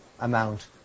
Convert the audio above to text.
amount